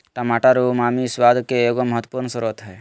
टमाटर उमामी स्वाद के एगो महत्वपूर्ण स्रोत हइ